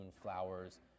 flowers